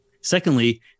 Secondly